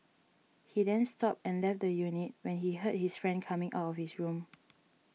he then stopped and left the unit when he heard his friend coming out of his room